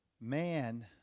man